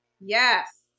yes